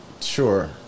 Sure